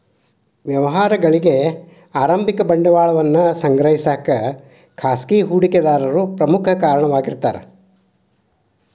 ವ್ಯವಹಾರಗಳಿಗಿ ಆರಂಭಿಕ ಬಂಡವಾಳವನ್ನ ಸಂಗ್ರಹಿಸಕ ಖಾಸಗಿ ಹೂಡಿಕೆದಾರರು ಪ್ರಮುಖ ಕಾರಣವಾಗಿರ್ತಾರ